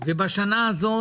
ובשנה הזאת